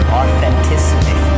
authenticity